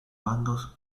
bandos